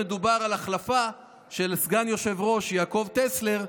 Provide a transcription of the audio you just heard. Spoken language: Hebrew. מדובר על החלפה של סגן היושב-ראש יעקב טסלר,